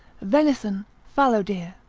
venison, fallow deer.